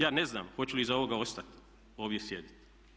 Ja ne znam hoću li iza ovoga ostat ovdje sjediti.